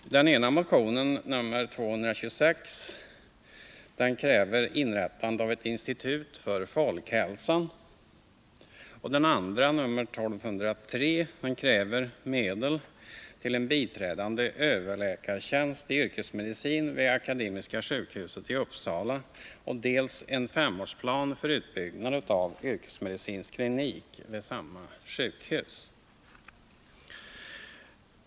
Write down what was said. I den ena motionen, nr 1226, krävs inrättandet av ett institut för folkhälsan, och i den andra, nr 1203, krävs dels medel till en biträdande överläkartjänst i yrkesmedicin vid Akademiska sjukhuset i Uppsala, dels en femårsplan för utbyggnad av en yrkesmedicinsk klinik vid samma sjukhus.